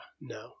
no